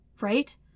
right